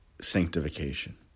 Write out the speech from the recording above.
sanctification